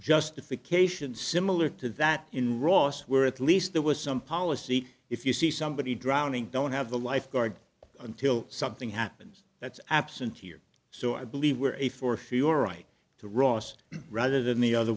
justification similar to that in ross where at least there was some policy if you see somebody drowning don't have the lifeguard until something happens that's absentee or so i believe were a th your right to ross rather than the other